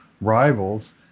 rivals